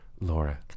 Laura